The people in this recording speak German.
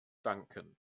danken